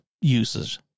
uses